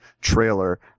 trailer